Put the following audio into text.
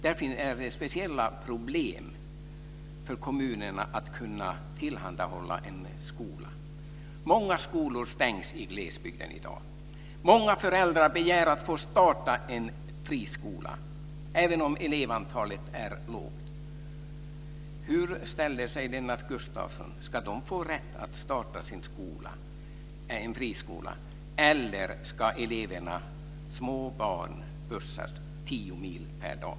Kommunerna har där speciella problem med att tillhandahålla skolundervisning. Många skolor stängs i glesbygden i dag. Många föräldrar begär att få starta friskolor, även om elevantalet blir lågt. Hur ställer sig Lennart Gustavsson till detta? Ska de få rätt att starta en friskola, eller ska eleverna - små barn - skjutsas tio mil per dag?